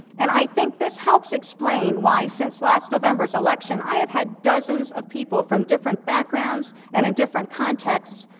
and, i think this helps explain why, since last november's election, i have had dozens of people from different backgrounds, and in different context,